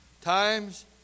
times